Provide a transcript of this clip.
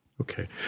Okay